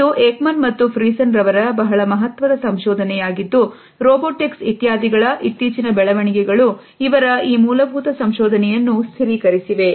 ಇದು ಏಕಮನ್ ಮತ್ತು ಪ್ರಿಸನ್ ರವರ ಬಹಳ ಮಹತ್ವದ ಸಂಶೋಧನೆ ಯಾಗಿದ್ದು ರೋಬೋಟಿಕ್ಸ್ ಇತ್ಯಾದಿಗಳ ಇತ್ತೀಚಿನ ಬೆಳವಣಿಗೆಗಳು ಇವರ ಈ ಮೂಲಭೂತ ಸಂಶೋಧನೆಯನ್ನು ಸ್ಥಿರೀಕರಿಸಿವೆ